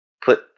put